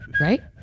right